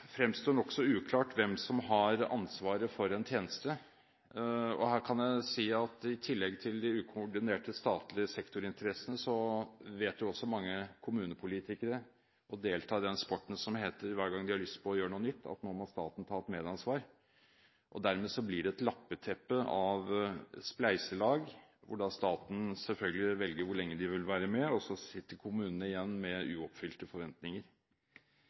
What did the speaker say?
fremstår som nokså uklart hvem som har ansvaret for en tjeneste. Her kan jeg si at i tillegg til de ukoordinerte statlige sektorinteressene vet også mange kommunepolitikere å delta i den sporten som heter «hver gang de har lyst til å gjøre noe nytt, må staten ta et medansvar». Dermed blir det et lappeteppe av spleiselag, hvor staten selvfølgelig velger hvor lenge den vil være med, og så sitter kommunene igjen med uoppfylte forventninger.